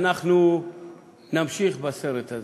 אנחנו נמשיך בסרט הזה.